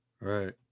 Right